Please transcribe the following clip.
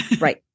right